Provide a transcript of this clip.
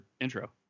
intro